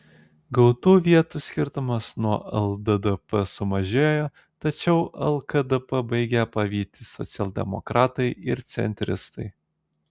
gautų vietų skirtumas nuo lddp sumažėjo tačiau lkdp baigia pavyti socialdemokratai ir centristai